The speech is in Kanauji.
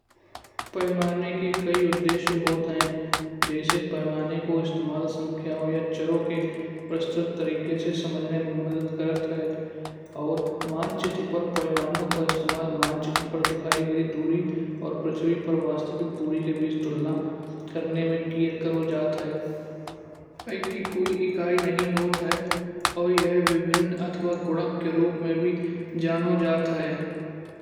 पैमाने के कई उद्देश्य होता है जैसे पैमानों को इस्तेमाल संख्याओं या चारों के प्रस्तुत तरीके से समझने में मदद करता है। और मानचित्र पर परमाणु को इस्तेमाल मानचित्र पर दिखाई गई दूरी और पृथ्वी पर वास्तविक दूरी के बीच तुलना करने में किया करो जात। पैमाने की कोई इकाई नहीं होता है और यह विभिन्न अथवा गुणत के रूप में भी जानो जात है।